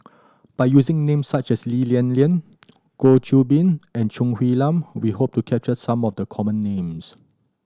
by using names such as Lee Lian Lian Goh Qiu Bin and Choo Hwee Lim we hope to capture some of the common names